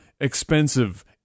expensive